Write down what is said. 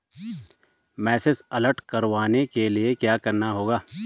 Message alert करवाने के लिए क्या करना होगा?